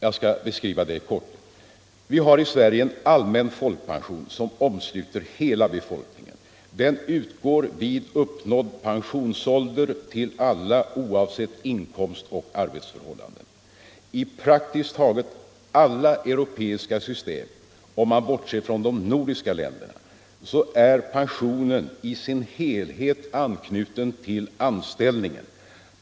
Jag skall beskriva det kort. Vi har i Sverige en allmän folkpension, som omsluter hela befolkningen. Den utgår vid uppnådd pensionsålder till alla, oavsett inkomst och arbetsförhållanden. I praktiskt taget alla europeiska system —- om man bortser från de nordiska länderna — är pensionen i sin helhet anknuten till anställningen.